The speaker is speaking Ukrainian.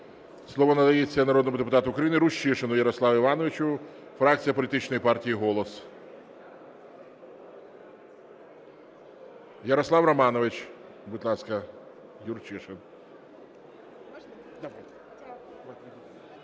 Слово надається народному депутату України Рущишину Ярославу Івановичу, фракція політичної партії "Голос". Ярослав Романович, будь ласка, Юрчишин.